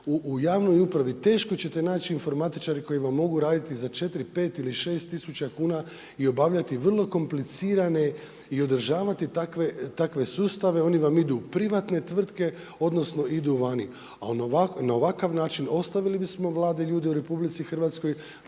u javnoj upravi teško ćete naći informatičare koji vam mogu raditi za 4, 5 ili 6 tisuća kuna i obavljati vrlo komplicirane i održavati takve sustave. Oni vam idu u privatne tvrtke odnosno idu vani. A na ovakav način ostavili smo mlade ljude u RH, dodatno